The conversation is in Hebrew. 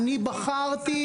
איך קרה?